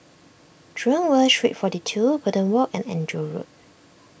Jurong West Street forty two Golden Walk and Andrew Road